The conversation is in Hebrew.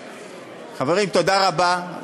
חברים, תודה רבה.